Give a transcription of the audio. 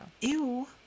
Ew